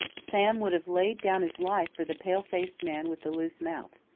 sam would have laid down his life for the pale-faced man with the loose mouth.